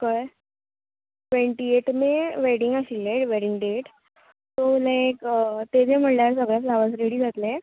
कळ्ळें twenty eight May wedding आशिल्लें wedding date so like तेदे म्हळ्यार सगळे फ्लावर्स रेडी जातले